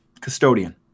Custodian